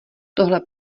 tohle